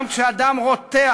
גם כשהדם רותח,